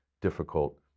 difficult